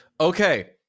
Okay